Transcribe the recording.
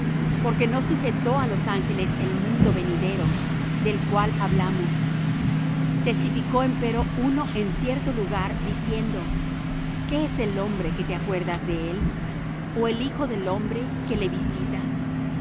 porque no sujetó á los ángeles el mundo venidero del cual hablamos testificó empero uno en cierto lugar diciendo qué es el hombre que te acuerdas de él o el hijo del hombre que le visitas